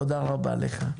תודה רבה לך.